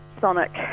sonic